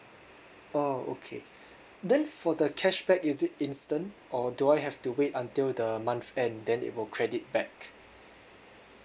orh okay then for the cashback is it instant or do I have to wait until the month end then it will credit back